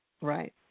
Right